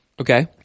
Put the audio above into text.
okay